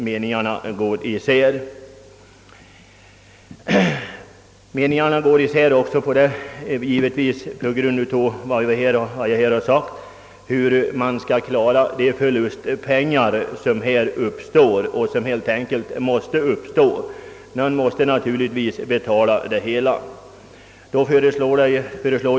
Meningarna är också delade om hur man skall klara de förluster som därvid kommer att uppstå någon måste na turligtvis betala kalaset.